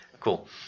Cool